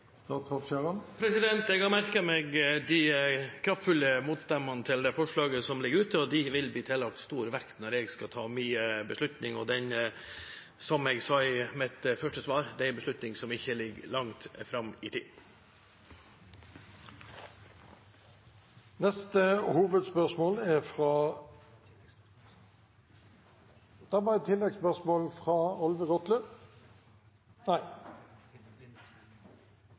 Jeg har merket meg de kraftfulle motstemmene til det forslaget som ligger ute, og de vil bli tillagt stor vekt når jeg skal ta min beslutning. Og som jeg sa i mitt første svar: Det er en beslutning som ikke ligger langt fram i tid. Det blir oppfølgingsspørsmål – Linda Hofstad Helleland. Jeg har lyst til å følge opp det gode spørsmålet fra